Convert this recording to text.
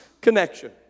connection